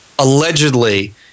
Allegedly